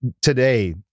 today